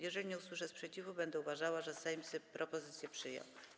Jeżeli nie usłyszę sprzeciwu, będę uważała, że Sejm propozycje przyjął.